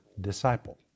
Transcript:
disciple